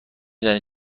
دانی